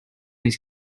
his